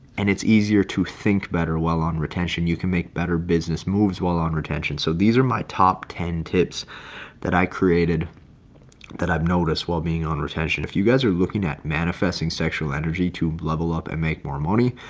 and it's easier to think better well on retention, you can make better business moves while on retention. so these are my top ten tips that i created that i've noticed while being on retention if you guys are looking at manifesting sexual energy to level up and make more money,